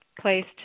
placed